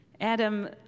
Adam